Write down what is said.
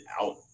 out